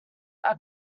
are